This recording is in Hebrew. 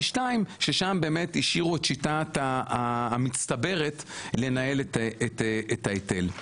2 ששם השאירו את שיטת המצטברת לנהל את ההיטל.